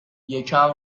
یکم